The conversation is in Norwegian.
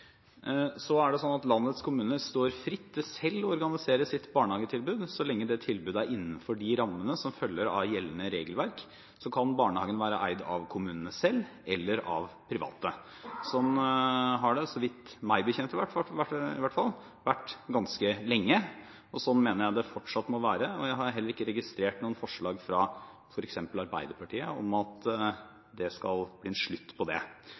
Landets kommuner står fritt til selv å organisere sitt barnehagetilbud. Så lenge det tilbudet er innenfor rammene som følger av gjeldende regelverk, kan barnehagene være eid av kommunen selv, eller private. Sånn har det – så vidt meg bekjent i hvert fall – vært ganske lenge, og sånn mener jeg det fortsatt må være. Jeg har heller ikke registrert noen forslag fra f.eks. Arbeiderpartiet om at det skal bli en slutt på det.